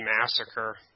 Massacre